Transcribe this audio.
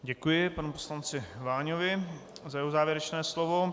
Děkuji panu poslanci Váňovi za jeho závěrečné slovo.